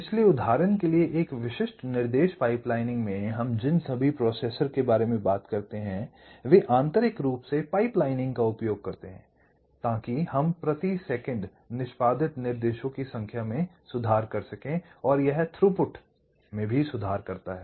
इसलिए उदाहरण के लिए एक विशिष्ट निर्देश पाइपलाइनिंग में हम जिन सभी प्रोसेसर के बारे में बात करते हैं वे आंतरिक रूप से पाइपलाइनिंग का उपयोग करते हैं ताकि हम प्रति सेकंड निष्पादित निर्देशों की संख्या में सुधार कर सकें और यह थ्रूपुट में सुधार करता है